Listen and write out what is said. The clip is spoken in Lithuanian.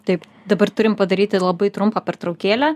taip dabar turim padaryti labai trumpą pertraukėlę